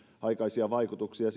aikaisia vaikutuksia